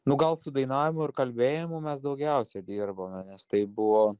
nu gal su dainavimu ir kalbėjimu mes daugiausiai dirbome nes tai buvo